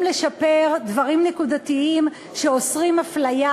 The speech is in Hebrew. לשפר דברים נקודתיים שאוסרים הפליה